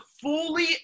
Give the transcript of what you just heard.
fully